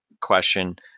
question